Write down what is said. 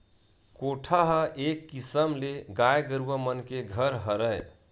कोठा ह एक किसम ले गाय गरुवा मन के घर हरय